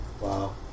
Wow